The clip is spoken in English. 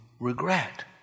regret